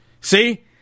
See